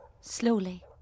Slowly